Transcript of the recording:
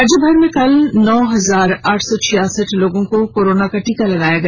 राज्य भर में कल नौ हजार आठ सौ छियासठ लोगों को कोरोना का टीका लगाया गया